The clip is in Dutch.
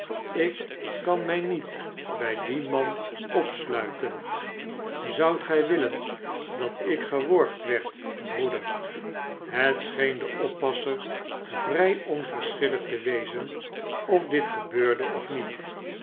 ik kan mij niet bij dien man opsluiten zoudt gij willen dat ik geworgd werd broeder het scheen den oppasser vrij onverschillig te wezen of dit gebeurde of niet